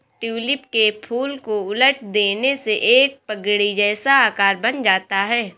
tulip के फूल को उलट देने से एक पगड़ी जैसा आकार बन जाता है